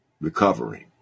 recovering